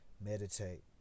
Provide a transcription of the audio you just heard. Meditate